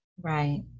right